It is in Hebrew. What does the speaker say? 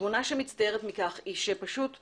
התמונה שמצטיירת מכך היא שפשוט קל,